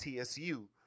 TSU